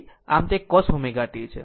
આમ તે cos ω t છે